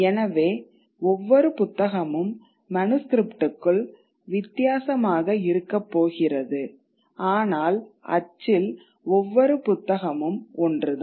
எனவே ஒவ்வொரு புத்தகமும் மனுஸ்க்ரிப்ட்க்குள் வித்தியாசமாக இருக்கப் போகிறது ஆனால் அச்சில் ஒவ்வொரு புத்தகமும் ஒன்றுதான்